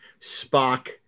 Spock